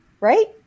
right